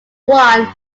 won